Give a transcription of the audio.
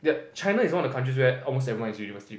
and China is one of the country where almost everyone is University